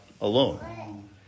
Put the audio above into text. alone